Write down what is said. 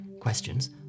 questions